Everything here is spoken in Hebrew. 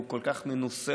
הוא כל כך מנוסה,